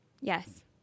Yes